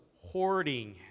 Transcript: Hoarding